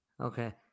Okay